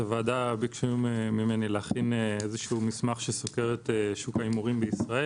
הוועדה ביקשה ממני להכין מסמך שסוקר את שוק ההימורים בישראל,